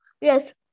Yes